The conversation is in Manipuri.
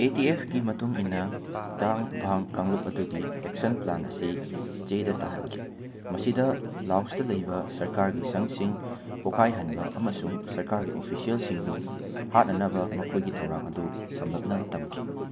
ꯑꯦ ꯇꯤ ꯑꯦꯐꯀꯤ ꯃꯇꯨꯟ ꯏꯟꯅ ꯗꯥꯡꯚꯥꯡ ꯀꯥꯡꯂꯨꯞ ꯑꯗꯨꯒꯤ ꯑꯦꯛꯁꯟ ꯄ꯭ꯂꯥꯟ ꯑꯁꯤ ꯆꯦꯗ ꯇꯥꯍꯟꯈꯤ ꯃꯁꯤꯗ ꯂꯥꯎꯁꯇ ꯂꯩꯕ ꯁꯔꯀꯥꯔꯒꯤ ꯁꯪꯁꯤꯡ ꯄꯣꯈꯥꯏꯍꯟꯕ ꯑꯃꯁꯨꯡ ꯁꯔꯀꯥꯔꯒꯤ ꯑꯣꯐꯤꯁꯤꯌꯦꯜꯁꯤꯡꯕꯨ ꯍꯥꯠꯅꯅꯕ ꯃꯈꯣꯏꯒꯤ ꯊꯧꯔꯥꯡ ꯑꯗꯨ ꯁꯝꯂꯞꯅ ꯇꯝꯈꯤ